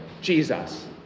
Jesus